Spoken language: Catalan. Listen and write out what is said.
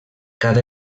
cada